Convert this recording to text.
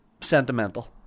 sentimental